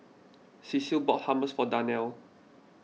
Cecil bought Hummus for Darnell